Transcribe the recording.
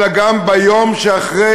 אלא גם ביום שאחרי,